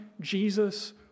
Jesus